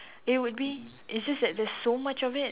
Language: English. it would be it's just that there's so much of it